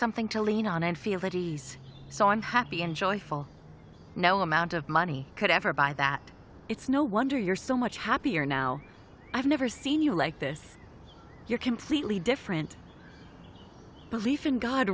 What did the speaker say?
something to lean on and feel at ease so i'm happy and joyful no amount of money could ever buy that it's no wonder you're so much happier now i've never seen you like this you're completely different belief in god